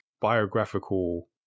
biographical